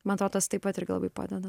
man atro tas taip pat irgi labai padeda